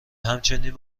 همچنین